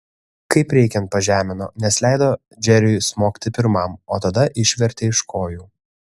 kaip reikiant pažemino nes leido džeriui smogti pirmam o tada išvertė iš kojų